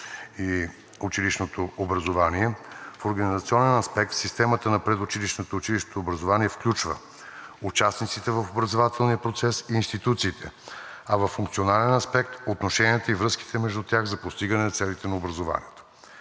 и училищното образование в организационен аспект системата на предучилищното и училищното образование включва участниците в образователния процес и институциите, а във функционален аспект – отношенията и връзките между тях за постигане на целите на образованието.